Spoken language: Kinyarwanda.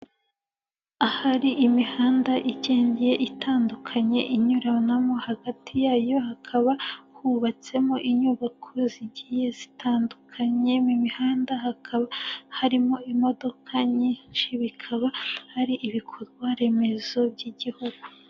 Ahari imihanda ikeye itandukanye inyuranamo hagati yayo hakaba hubatsemo inyubako zigiye zitandukanye, mu mihanda hakaba harimo imodoka nyinshi, bikaba hari ibikorwaremezo by'igihugu.